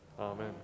Amen